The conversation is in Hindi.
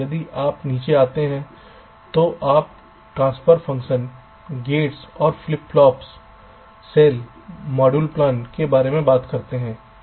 यदि आप नीचे जाते हैं तो आप ट्रांसफर फ़ंक्शंस गेट्स और फ्लिप फ्लॉप सेल और मॉड्यूल प्लान के बारे में बात करते हैं